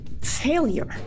Failure